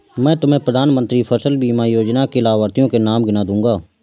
मैं तुम्हें प्रधानमंत्री फसल बीमा योजना के लाभार्थियों के नाम गिना दूँगा